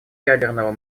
ядерного